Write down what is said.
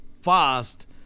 fast